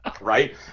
right